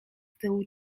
tyłu